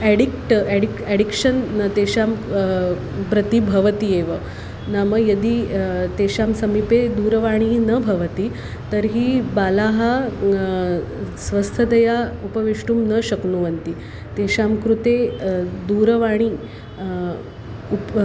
addict addict addiction तेषां प्रति भवति एव नाम यदि तेषां समीपे दूरवाणी न भवति तर्हि बालाः स्वस्थतया उपवेष्टुं न शक्नुवन्ति तेषां कृते दूरवाणी उत